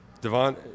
Devon